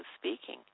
speaking